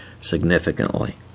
significantly